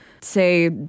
say